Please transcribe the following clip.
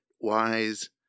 wise